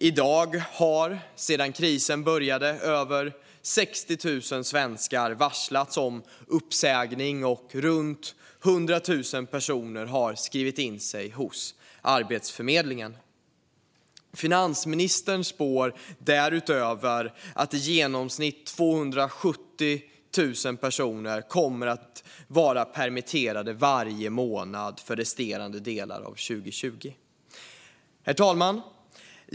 I dag har, sedan krisen började, över 60 000 svenskar varslats om uppsägning, och runt 100 000 personer har skrivit in sig hos Arbetsförmedlingen. Finansministern spår därutöver att i genomsnitt 270 000 personer kommer att vara permitterade varje månad för resterande delar av 2020. Herr talman!